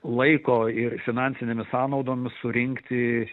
laiko ir finansinėmis sąnaudomis surinkti